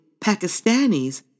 Pakistanis